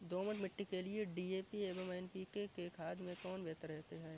दोमट मिट्टी के लिए डी.ए.पी एवं एन.पी.के खाद में कौन बेहतर है?